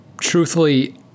Truthfully